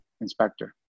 inspector